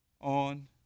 on